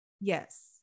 yes